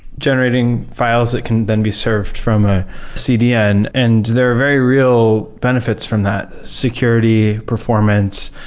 generating files that can then be served from a cdn and there are very real benefits from that security performance.